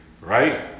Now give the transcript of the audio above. right